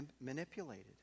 manipulated